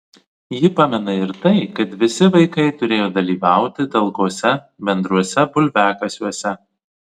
ji pamena ir tai kad visi vaikai turėjo dalyvauti talkose bendruose bulviakasiuose